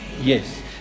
Yes